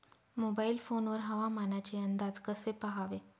Mobile phone वर हवामानाचे अंदाज कसे पहावे?